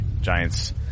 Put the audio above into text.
Giants